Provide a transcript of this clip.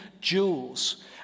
jewels